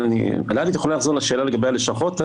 ללי את יכולה לחזור על השאלה לגבי הלשכות?